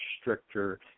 stricter